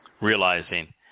realizing